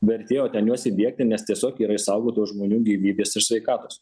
vertėjo ten juos įdiegti nes tiesiog yra išsaugotos žmonių gyvybės ir sveikatos